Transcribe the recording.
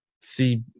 see –